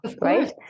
right